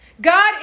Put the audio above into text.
God